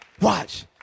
Watch